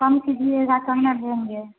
कम कीजिएगा तब ना लेंगे